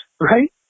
right